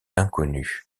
inconnue